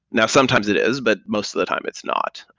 now, sometimes it is, but most of the time it's not.